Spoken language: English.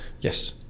yes